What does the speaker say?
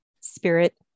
spirit